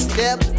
Step